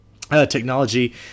technology